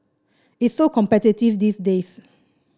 it's so competitive these days